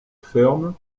ferme